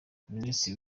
minisitiri